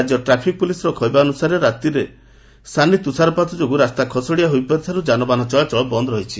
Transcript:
ରାଜ୍ୟ ଟ୍ରାଫିକ ପୁଲିସର କହିବା ଅନୁସାରେ ରାତିରେ ସାନି ତୁଷାରପାତ ଯୋଗୁଁ ରାସ୍ତା ଖସଡିଆ ହୋଇପଡିବାରୁ ଯାନବାହନ ଚଳାଚଳ ବନ୍ଦ ରହିଛି